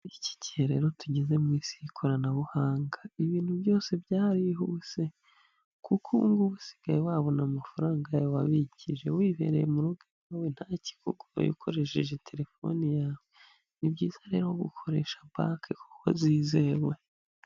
Muri iki gihe rero tugeze mu isi y'ikoranabuhanga ibintu byose byarihuse, kuko ubu ngubu usigaye wabona amafaranga yawe wabikije wibereye mu rugo iwawe nta kikugoye ukoresheje telefoni yawe, ni byiza rero gukoresha banki kuko zizewe.